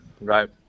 right